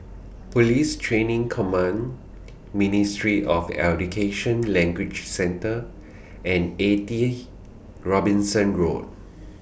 Police Training Command Ministry of Education Language Centre and eighty Robinson Road